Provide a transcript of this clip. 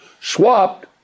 swapped